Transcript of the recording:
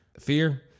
fear